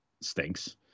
stinks